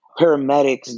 paramedics